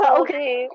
okay